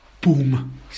boom